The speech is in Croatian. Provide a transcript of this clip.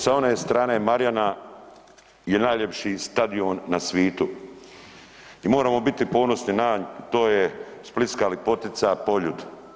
Sa one strane Marjana je najljepši stadion na svitu i moramo biti ponosni na nj, to je splitska lipotica Poljud.